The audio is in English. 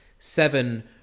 Seven